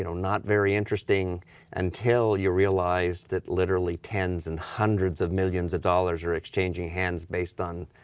you know not very interesting until you realize that literally tens and hundreds of millions of dollars are exchanging hands based on